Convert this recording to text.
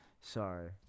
Sorry